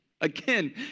Again